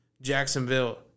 Jacksonville